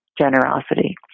generosity